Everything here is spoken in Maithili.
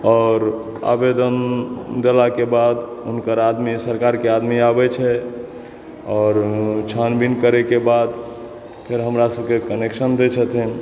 आओर आवेदन देलाके बाद हुनकर आदमी सरकार के आदमी आबै छै आओर छानबीन करै के बाद फेर हमरा सबके कनेक्शन दै छथिन